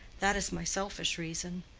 that is my selfish reason.